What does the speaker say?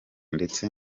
ndetse